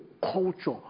culture